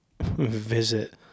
visit